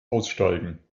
aussteigen